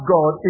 God